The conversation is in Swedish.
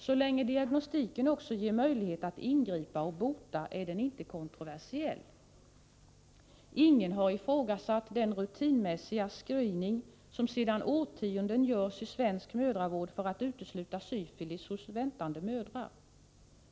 Så länge diagnostiken också ger möjlighet att ingripa och bota är den inte kontroversiell. Ingen har ifrågasatt den rutinmässiga screening som sedan årtionden görs i svensk mödravård för att utesluta syfilis hos väntande mödrar.